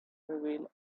reveal